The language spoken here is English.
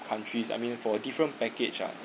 countries I mean for different package ah